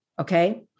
okay